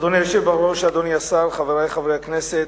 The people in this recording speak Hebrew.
אדוני היושב בראש, אדוני השר, חברי חברי הכנסת,